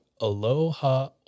Aloha